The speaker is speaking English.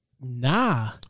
nah